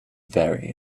very